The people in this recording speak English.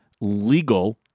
legal